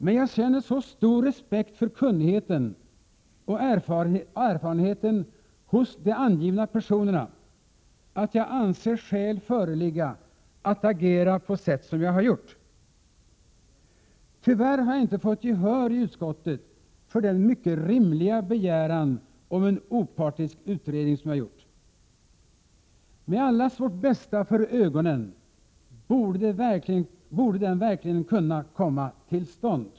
Men jag känner så stor respekt för kunnigheten och erfarenheten hos de angivna personerna att jag anser skäl föreligga att agera på sätt som jag gjort. Tyvärr har jag inte fått gehör i utskottet för den mycket rimliga begäran om en opartisk utredning. Med allas vårt bästa för ögonen anser jag att den verkligen borde kunna komma till stånd.